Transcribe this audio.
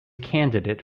candidate